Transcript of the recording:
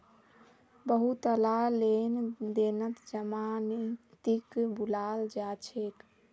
बहुतला लेन देनत जमानतीक बुलाल जा छेक